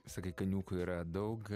sakai kaniūkų yra daug